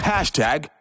Hashtag